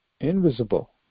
invisible